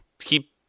keep